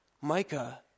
Micah